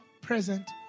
present